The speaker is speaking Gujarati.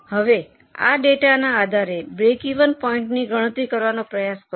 હવે આ ડેટાના આધારે બ્રેકિવન પોઇન્ટની ગણતરી કરવાનો પ્રયાસ કરો